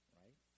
right